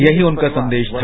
यही उनका संदेश था